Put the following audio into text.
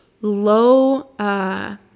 low